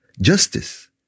justice